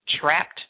trapped